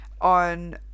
on